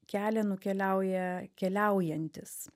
kelią nukeliauja keliaujantis